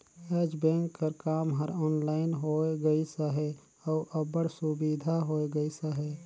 आएज बेंक कर काम हर ऑनलाइन होए गइस अहे अउ अब्बड़ सुबिधा होए गइस अहे